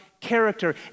character